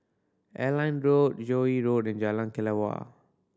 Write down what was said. Airline Road Joo Yee Road and Jalan Kelawar